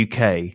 UK